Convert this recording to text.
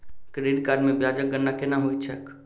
credit card मे ब्याजक गणना केना होइत छैक